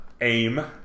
AIM